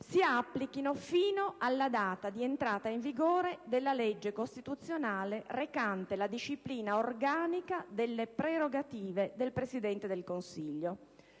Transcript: si applichino fino alla data di entrata in vigore della legge costituzionale recante la disciplina organica delle prerogative del Presidente del Consiglio.